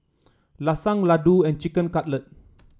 Lasagne Ladoo and Chicken Cutlet